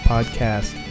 Podcast